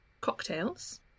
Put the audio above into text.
cocktails